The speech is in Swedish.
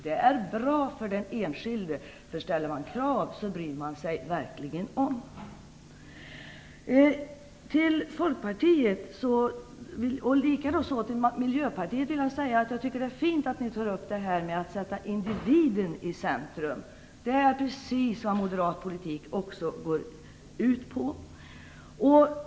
Det är bra för den enskilde; ställer man krav bryr man sig verkligen om. Till Folkpartiet och Miljöpartiet vill jag säga att jag tycker att det är fint att ni vill sätta individen i centrum. Det är precis vad också moderat politik går ut på.